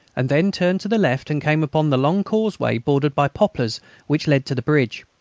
and then turned to the left and came upon the long causeway bordered by poplars which led to the bridge.